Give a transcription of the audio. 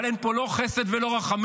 אבל אין פה לא חסד ולא רחמים.